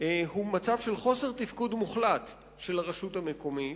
הוא מצב של חוסר תפקוד מוחלט של הרשות המקומית.